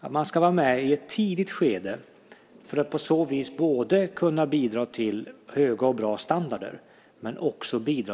Man ska vara med i ett tidigt skede för att kunna bidra till höga och bra standarder och